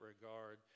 regard